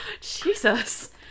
Jesus